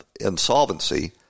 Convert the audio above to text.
insolvency